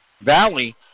Valley